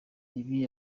ibi